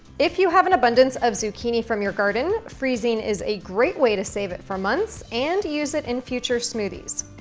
if you have an abundance of zucchini from your garden, freezing is a great way to save it for months and to use it in future smoothies.